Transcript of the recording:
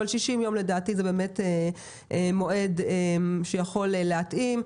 אבל 60 יום לדעתי זה באמת מועד שיכול להתאים.